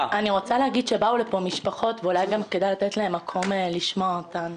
באו לפה משפחות ואולי כדאי לשמוע אותן.